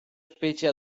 specie